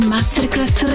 Masterclass